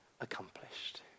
accomplished